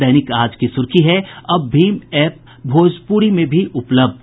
दैनिक आज की सुर्खी है अब भीम एप भोजपुरी में भी उपलब्ध